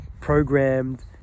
programmed